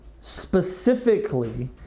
specifically